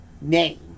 name